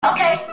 Okay